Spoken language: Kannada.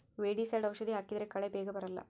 ವೀಡಿಸೈಡ್ ಔಷಧಿ ಹಾಕಿದ್ರೆ ಕಳೆ ಬೇಗ ಬರಲ್ಲ